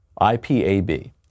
IPAB